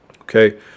Okay